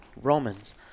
Romans